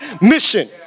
mission